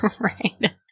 Right